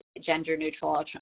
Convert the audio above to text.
gender-neutral